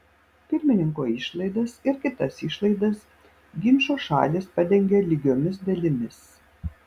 pirmininko išlaidas ir kitas išlaidas ginčo šalys padengia lygiomis dalimis